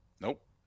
Nope